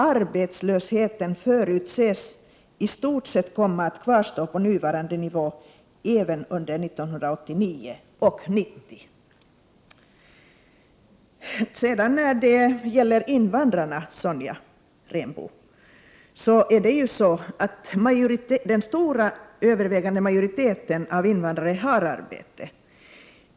Arbetslösheten förutses i stort sett komma att kvarstå på nuvarande nivå under 1989 och 1990.” När det sedan gäller invandrarna är det ju så, Sonja Rembo, att den övervägande majoriteten har arbete.